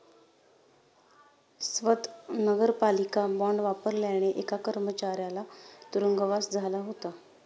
स्वत नगरपालिका बॉंड वापरल्याने एका कर्मचाऱ्याला तुरुंगवास झाला होता